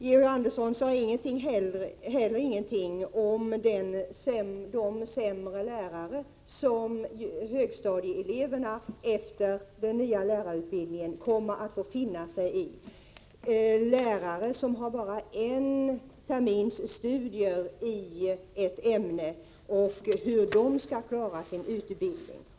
Georg Andersson sade heller ingenting om de sämre lärare som högstadieeleverna efter den nya lärarutbildningens genomförande kommer att få finna sig i att ha, lärare som har bara en termins studier i ett ämne. Hur skall de då klara sin utbildning?